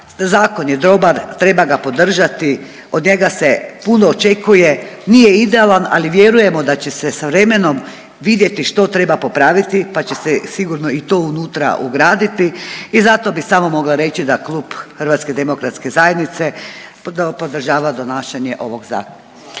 zakon je dobar, treba ga podržati, od njega se puno očekuje, nije idealan, ali vjerujemo da će se sa vremenom vidjeti što treba popraviti, pa će se sigurno i to unutra ugraditi i zato bi samo mogla reći da Klub HDZ-a podržava donašanje ovog zakona.